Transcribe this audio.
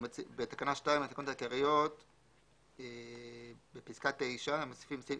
בתקנה 2 לתקנות העיקריות בפסקה (9) מוסיפים את (ב):